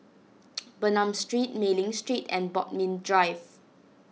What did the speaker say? Bernam Street Mei Ling Street and Bodmin Drive